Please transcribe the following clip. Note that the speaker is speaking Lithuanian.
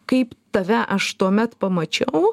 kaip tave aš tuomet pamačiau